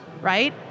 right